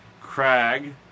Crag